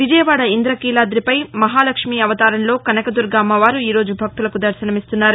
విజయవాద ఇంద్రకీలాదిపై మహాలక్ష్మీ అవతారంలో కనకదుర్గ అమ్మవారు ఈరోజు భక్తులకు దర్శనమిస్తున్నారు